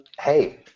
Hey